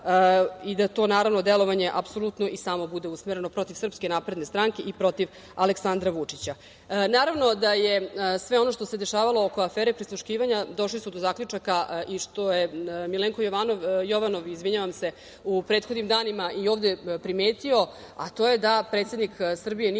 i da to, naravno, delovanje apsolutno i samo bude usmereno protiv SNS i protiv Aleksandra Vučića? Sve ono što se dešavalo oko afere prisluškivanja došli su do zaključaka, i što je Milenko Jovanov u prethodnim danima i ovde primetio, a to je da predsednik Srbije nije